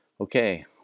Okay